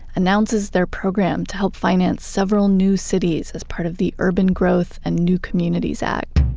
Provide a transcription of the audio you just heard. announces their program to help finance several new cities as part of the urban growth and new communities act